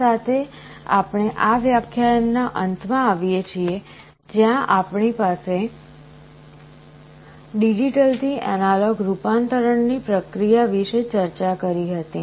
આ સાથે આપણે આ વ્યાખ્યાનના અંતમાં આવીએ છીએ જ્યાં આપણે ડિજિટલથી એનાલોગ રૂપાંતરણ ની પ્રક્રિયા વિશે ચર્ચા કરી હતી